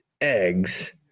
eggs